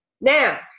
Now